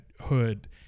hood